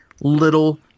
little